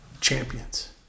Champions